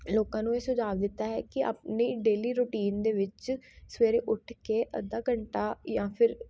ਲੋਕਾਂ ਨੂੰ ਇਹ ਸੁਝਾਵ ਦਿੱਤਾ ਹੈ ਕਿ ਆਪਣੀ ਡੇਲੀ ਰੁਟੀਨ ਦੇ ਵਿੱਚ ਸਵੇਰੇ ਉੱਠ ਕੇ ਅੱਧਾ ਘੰਟਾ ਜਾਂ ਫਿਰ